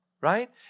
Right